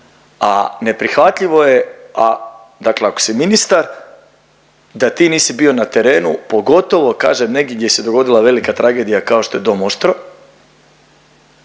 A neprihvatljivo je dakle ako si ministar da ti nisi bio na terenu, pogotovo kažem negdje gdje se dogodila velika tragedija kao što je Dom Oštro,